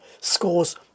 scores